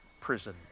prison